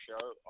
show